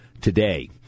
today